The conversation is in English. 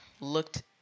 looked